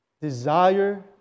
desire